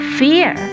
fear